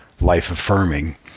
life-affirming